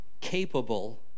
capable